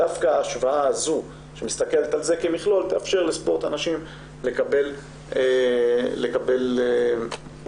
דווקא ההשוואה הזו שמסתכלת על זה כמכלול תאפשר לספורט הנשים לקבל יותר